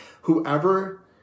whoever